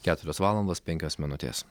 keturios valandos penkios minutės